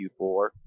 q4